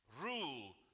rule